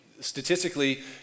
statistically